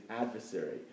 adversary